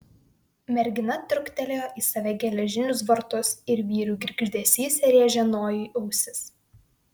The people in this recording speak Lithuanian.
mergina truktelėjo į save geležinius vartus ir vyrių girgždesys rėžė nojui ausis